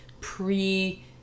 pre